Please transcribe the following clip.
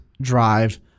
drive